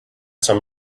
some